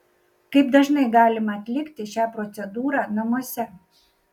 kaip dažnai galima atlikti šią procedūrą namuose